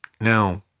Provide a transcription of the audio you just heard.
Now